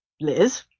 Liz